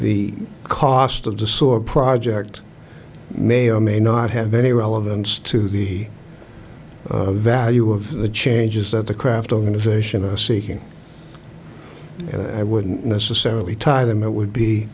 the cost of the sore project may or may not have any relevance to the value of the changes that the craft organization is seeking and i wouldn't necessarily tie them it would be